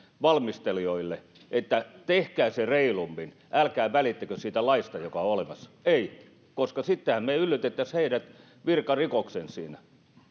valmistelijoille että tehkää se reilummin älkää välittäkö siitä laista joka on olemassa ei koska sittenhän me yllyttäisimme heidät virkarikokseen siinä